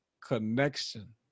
connection